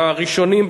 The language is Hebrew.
הראשונים,